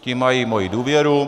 Ti mají moji důvěru.